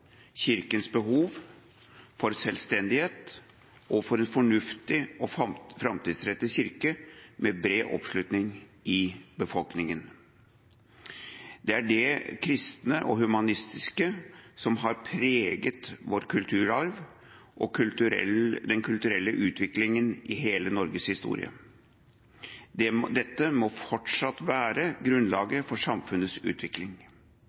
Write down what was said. Kirkens behov for selvstendighet og for en fornuftig og framtidsrettet kirke med bred oppslutning i befolkninga. Det er det kristne og humanistiske som har preget vår kulturarv og den kulturelle utviklinga i hele Norges historie. Dette må fortsatt være grunnlaget for samfunnets utvikling